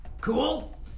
Cool